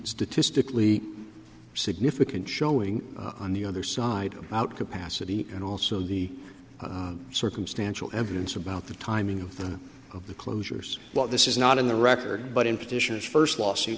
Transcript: statistically significant showing on the other side out capacity and also the circumstantial evidence about the timing of the closures while this is not in the record but in petitions first lawsuit